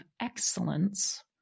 excellence